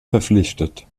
verpflichtet